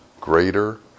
greater